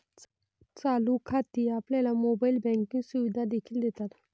चालू खाती आपल्याला मोबाइल बँकिंग सुविधा देखील देतात